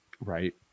Right